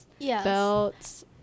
belts